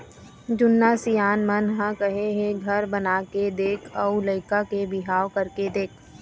जुन्ना सियान मन ह कहे हे घर बनाके देख अउ लइका के बिहाव करके देख